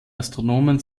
astronomen